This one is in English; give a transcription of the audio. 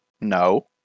No